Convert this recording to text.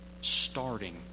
starting